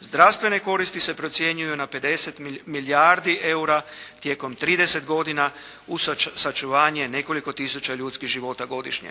zdravstvene koristi se procjenjuju na 50 milijardi eura tijekom trideset godina uz sačuvanje nekoliko tisuća ljudskih života godišnje.